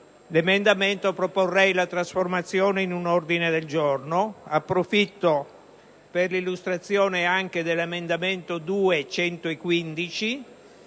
l'emendamento, proporrei la sua trasformazione in un ordine del giorno. Ne approfitto per illustrare anche l'emendamento 2.115,